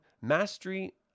mastery